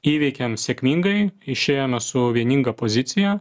įveikėm sėkmingai išėjome su vieninga pozicija